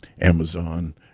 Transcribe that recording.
Amazon